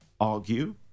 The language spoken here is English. argue